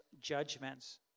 judgments